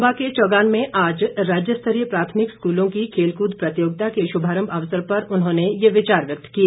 चम्बा के चौगान में आज राज्य स्तरीय प्राथमिक स्कूलों की खेलकृद प्रतियोगिता के शुभारंभ अवसर पर उन्होंने ये विचार व्यक्त किए